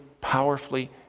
powerfully